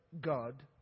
God